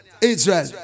Israel